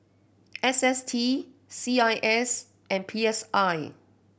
S S T C I S and P S I